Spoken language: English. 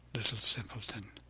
little simpleton!